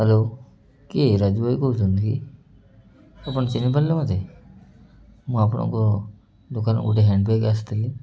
hello କିଏ ରାଜୁ ଭାଇ କହୁଛନ୍ତି କି ଆପଣ ଚିହ୍ନିପାରିଲେ ମୋତେ ମୁଁ ଆପଣଙ୍କ ଦୋକାନ ଗୋଟେ ହ୍ୟାଣ୍ଡବ୍ୟାଗ୍ ଆସିଥିଲି